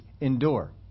Endure